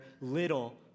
little